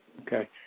Okay